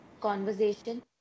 conversation